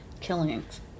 killings